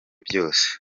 byose